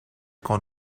con